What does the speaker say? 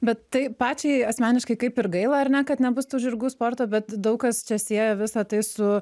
bet taip pačiai asmeniškai kaip ir gaila ar ne kad nebus tų žirgų sporto bet daug kas čia sieja visą tai su